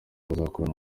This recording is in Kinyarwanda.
bazakorana